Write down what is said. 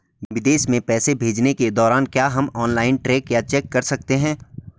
विदेश में पैसे भेजने के दौरान क्या हम ऑनलाइन ट्रैक या चेक कर सकते हैं?